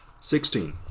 Sixteen